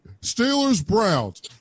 Steelers-Browns